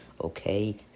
Okay